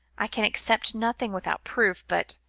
i can accept nothing without proof, but,